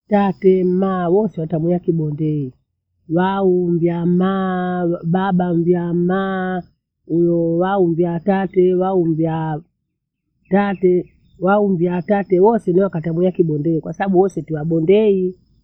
Tate, maa wote watabea kibondei. Wauja maa, baba mjaa maa, huyo waumbia tate waunjaa tate, waumbia tate wose niwakate boe kibondei kwasababu wote tu wabondei.